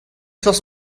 forzh